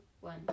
one